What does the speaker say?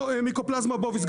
כמו מיקופלסמה בוביס,